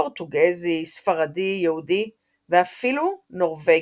פורטוגזי, ספרדי, יהודי, ואפילו נורווגי.